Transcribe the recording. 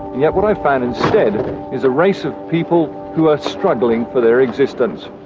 yet what i find instead is a race of people who are struggling for their existence.